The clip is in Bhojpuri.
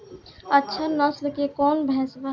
अच्छा नस्ल के कौन भैंस बा?